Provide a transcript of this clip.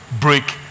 break